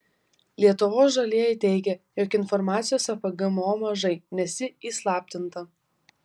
lietuvos žalieji teigia jog informacijos apie gmo mažai nes ji įslaptinta